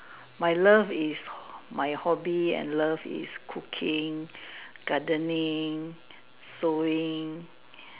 my love is my hobby and love is cooking gardening sewing